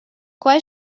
quai